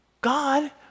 God